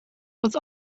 was